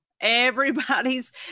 everybody's